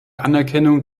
anerkennung